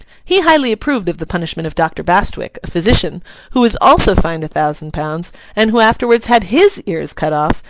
he highly approved of the punishment of doctor bastwick, a physician who was also fined a thousand pounds and who afterwards had his ears cut off,